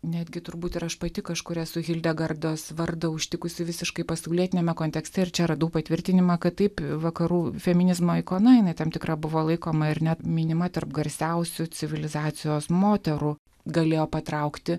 netgi turbūt ir aš pati kažkur esu hildegardos vardą užtikusi visiškai pasaulietiniame kontekste ir čia radau patvirtinimą kad taip vakarų feminizmo ikona jinai tam tikra buvo laikoma ir net minima tarp garsiausių civilizacijos moterų galėjo patraukti